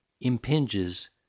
impinges